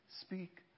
Speak